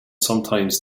sometimes